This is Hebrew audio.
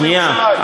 שנייה.